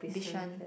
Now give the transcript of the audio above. Bishan